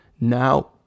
Now